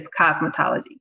cosmetology